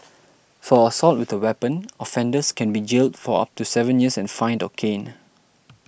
for assault with a weapon offenders can be jailed for up to seven years and fined or caned